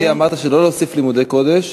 אמרת שהממלכתי-דתי לא יוסיף לימודי קודש,